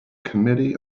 committee